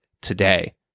today